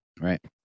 Right